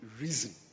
reason